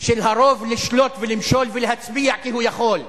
של הרוב לשלוט ולמשול ולהצביע כי הוא יכול,